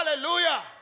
Hallelujah